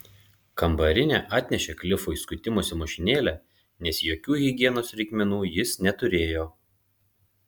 kambarinė atnešė klifui skutimosi mašinėlę nes jokių higienos reikmenų jis neturėjo